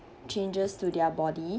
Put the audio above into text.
changes to their body